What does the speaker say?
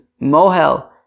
mohel